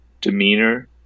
demeanor